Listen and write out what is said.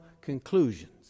conclusions